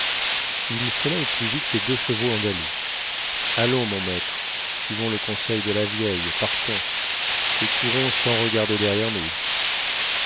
il sella au plus vite les deux chevaux andalous allons mon maître suivons le conseil de la vieille partons et courons sans regarder derrière nous